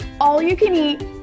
All-you-can-eat